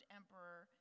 emperor